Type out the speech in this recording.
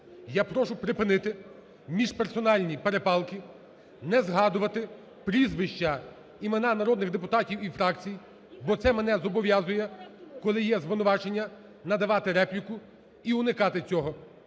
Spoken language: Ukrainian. Я прошу припинити міжперсональні перепалки, не згадувати прізвища, імена народних депутатів і фракцій, бо це мене зобов'язує, коли є звинувачення, надавати репліку, і уникати цього.